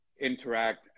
interact